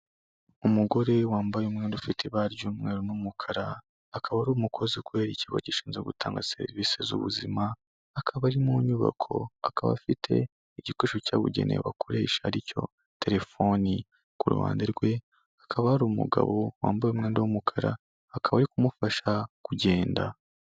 Umugore wambaye umwenda ufite ibara ry'umweru n'umukara, akaba ari umukozi kurera ikigo gishinzwe gutanga serivisi z'ubuzima, akaba ari mu nyubako akaba afite igikoresho cyabugenewe bakoresha aricyo telefoni, ku ruhande rwe hakaba hari umugabo wambaye umwenda w'umukara akaba ari kumufasha kugenda.